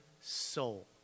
soul